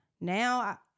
now